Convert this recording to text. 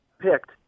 picked